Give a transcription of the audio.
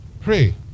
pray